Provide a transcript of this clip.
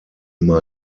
immer